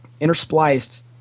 interspliced